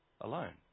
alone